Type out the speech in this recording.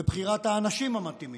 בבחירת האנשים המתאימים,